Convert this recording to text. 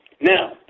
Now